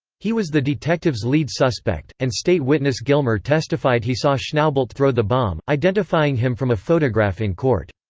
he was the detectives' lead suspect, and state witness gilmer testified he saw schnaubelt throw the bomb, identifying him from a photograph in court.